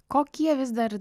kokie vis dar